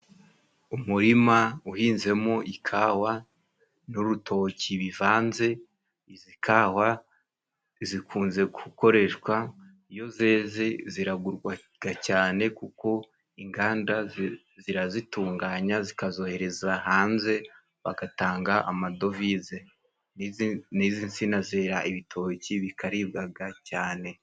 Umurima uhinzemo ikawa n'urutoki bivanze, izi kawa zikunze gukoreshwa iyo zeze ziragurwaga cyane kuko inganda zirazitunganya zikazohereza hanze bagatanga amadovize n'izi nsina zera ibitoki bikaribwaga cyane.